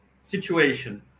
situation